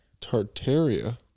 Tartaria